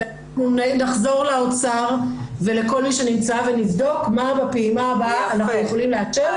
ונחזור לאוצר ולכל מי שנמצא ונבדוק מה בפעימה הבאה אנחנו יכולים לאשר,